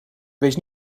wees